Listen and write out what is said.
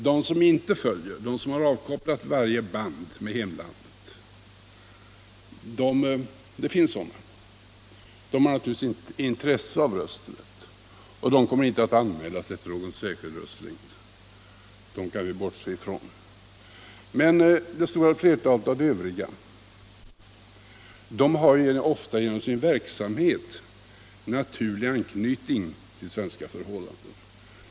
De som inte följer med utan har skurit av varje band med hemlandet har naturligtvis inte något intresse av rösträtt, och de kommer inte heller att anmäla sig till någon särskild röstlängd. Dem kan vi alltså bortse ifrån. Det stora flertalet utlandssvenskar har emellertid ofta genom sin verksamhet en naturlig anknytning till svenska förhållanden.